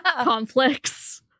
conflicts